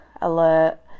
alert